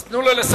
אז תנו לו לסיים.